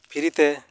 free ᱛᱮ